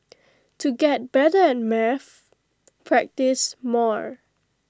to get better at maths practise more